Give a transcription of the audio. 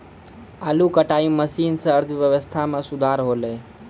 आलू कटाई मसीन सें अर्थव्यवस्था म सुधार हौलय